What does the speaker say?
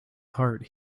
heart